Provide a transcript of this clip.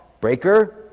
breaker